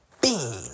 bean